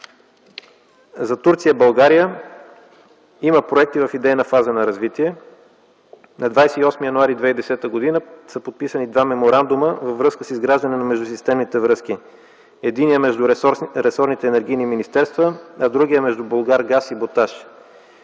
За Турция-България има проекти в идейна фаза на развитие. На 28 януари 2010 г. са подписани два меморандума във връзка с изграждане на междусистемните връзки. Единият е между ресорните енергийни министерства, а другият – между „Булгаргаз” и „Боташ”.